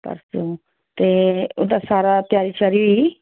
अच्छा ते ओह्दा सारा त्यारी श्यारी होई गेई